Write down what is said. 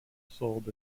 sold